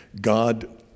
God